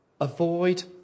avoid